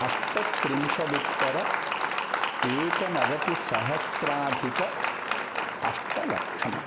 अष्टत्रिंशदुत्तर एकनवतिसहस्राधिक अष्टलक्षम्